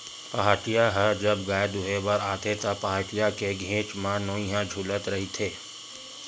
पहाटिया ह जब गाय दुहें बर आथे त, पहाटिया के घेंच म नोई ह छूलत रहिथे